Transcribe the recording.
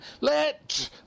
let